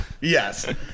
yes